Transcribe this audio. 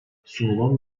sunulan